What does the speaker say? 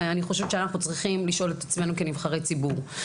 אני חושבת שאנחנו צריכים לשאול את עצמנו כנבחרי ציבור.